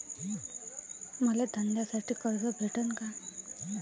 मले धंद्यासाठी कर्ज भेटन का?